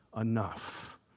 enough